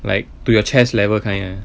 like to your chest level kind ah